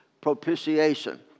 propitiation